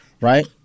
right